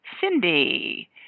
Cindy